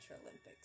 Olympics